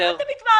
למה אתם מתמהמהים?